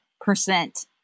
percent